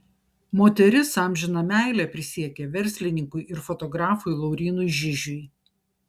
moteris amžiną meilę prisiekė verslininkui ir fotografui laurynui žižiui